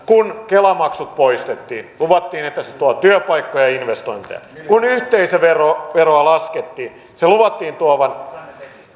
kun kela maksut poistettiin luvattiin että se tuo työpaikkoja ja investointeja kun yhteisöveroa laskettiin sen luvattiin tuovan